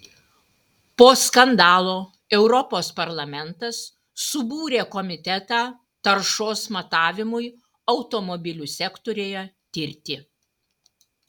po skandalo europos parlamentas subūrė komitetą taršos matavimui automobilių sektoriuje tirti